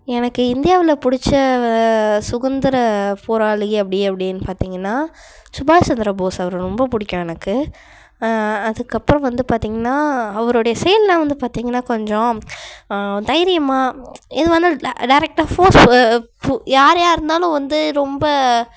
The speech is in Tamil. எனக்கு இந்தியாவில் பிடிச்ச சுதந்தர போராளி அப்படி அப்படின்னு பார்த்திங்கனா சுபாஷ் சந்திர போஸ் அவர்களை ரொம்ப பிடிக்கும் எனக்கு அதுக்கப்புறம் வந்து பார்த்திங்கன்னா அவருடைய செயலெலாம் வந்து பார்த்திங்கனா கொஞ்சம் தைரியமாக எதுவாக இருந்தாலும் டேரெக்ட்டாக ஃபோர்ஸ் யாரையா இருந்தாலும் வந்து ரொம்ப